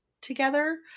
together